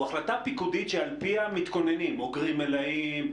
הוא החלטה פיקודית שעל פיה מתכוננים אוגרים מלאים,